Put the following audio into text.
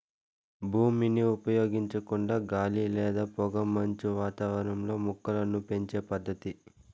భూమిని ఉపయోగించకుండా గాలి లేదా పొగమంచు వాతావరణంలో మొక్కలను పెంచే పద్దతి